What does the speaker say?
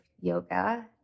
yoga